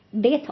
Death